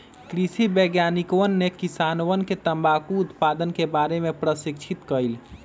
कृषि वैज्ञानिकवन ने किसानवन के तंबाकू उत्पादन के बारे में प्रशिक्षित कइल